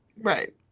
right